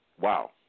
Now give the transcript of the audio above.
Wow